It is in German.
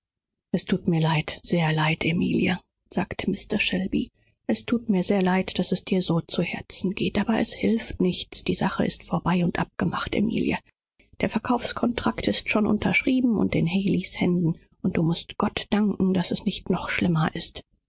es thut mir leid sehr leid emilie sagte mr shelby daß dir dies so sehr zu herzen geht aber es hilft nichts die sache ist emilie alles ist bereits abgemacht die verkaufsscheine sind bereits unterschrieben und in haley's händen und du mußt gott danken daß es nicht noch schlimmer ist